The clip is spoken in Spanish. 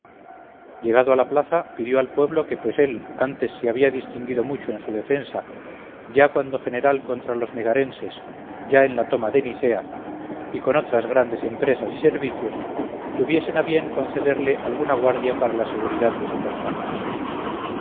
llegado a la plaza pidió al pueblo que pues él antes se había distinguido mucho en su defensa ya cuando general contra los megarenses ya en la toma de nicea y con otras grandes empresas y servicios tuviesen a bien concederle alguna guardia para la seguridad de su persona